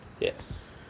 yes